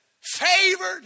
favored